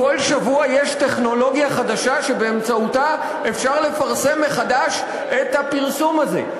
כל שבוע יש טכנולוגיה חדשה שבאמצעותה אפשר לפרסם מחדש את הפרסום הזה.